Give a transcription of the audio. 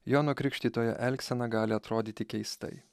jono krikštytojo elgsena gali atrodyti keistai